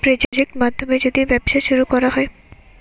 project মাধ্যমে যদি ব্যবসা শুরু করা হয়